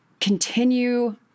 continue